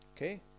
Okay